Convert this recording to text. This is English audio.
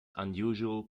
unusual